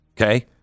Okay